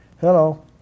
Hello